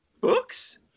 books